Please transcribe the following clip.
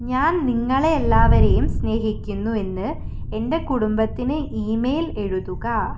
ഞാൻ നിങ്ങളെ എല്ലാവരെയും സ്നേഹിക്കുന്നുവെന്ന് എൻ്റെ കുടുംബത്തിന് ഇമെയിൽ എഴുതുക